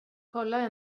kolla